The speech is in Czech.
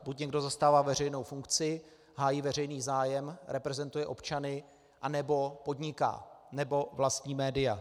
Buď někdo zastává veřejnou funkci, hájí veřejný zájem, reprezentuje občany, anebo podniká, nebo vlastní média.